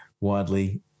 widely